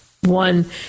one